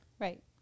Right